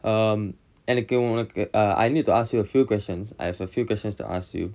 um எனக்கு உனக்கு:enakku unakku I need to ask you a few questions I have a few questions to ask you